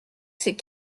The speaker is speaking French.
ces